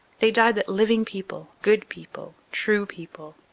they died that living people, good people, true people,